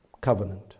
Covenant